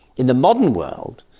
in the modern world.